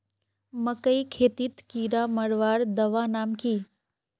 मकई खेतीत कीड़ा मारवार दवा नाम की?